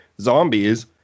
zombies